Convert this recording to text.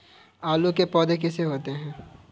आलू के पौधे कैसे होते हैं?